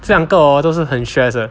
这两个 hor 都是很 stressed 的